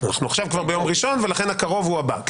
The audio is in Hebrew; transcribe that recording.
אנחנו עכשיו כבר ביום ראשון, ולכן הקרוב הוא הבא.